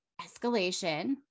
escalation